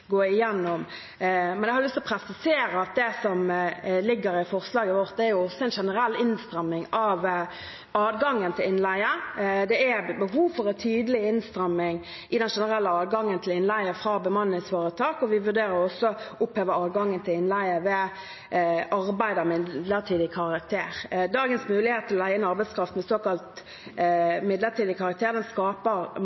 Jeg har lyst til å presisere at det som ligger i forslaget vårt, er også en generell innstramming av adgangen til innleie. Det er behov for tydelig innstramming i den generelle adgangen til innleie fra bemanningsforetak, og vi vurderer også å oppheve adgangen til innleie ved arbeid av midlertidig karakter. Dagens mulighet til å leie inn arbeidskraft som er av såkalt